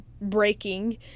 breaking